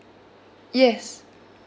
yes